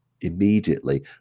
immediately